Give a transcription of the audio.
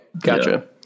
Gotcha